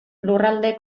lurralde